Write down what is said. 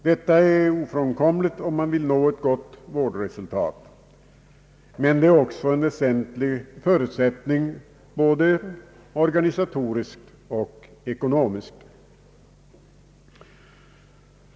Detta är ofrånkomligt om man vill nå ett gott vårdresultat, men det är också en väsentlig förutsättning både organisatoriskt och ekonomiskt.